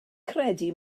credu